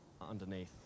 underneath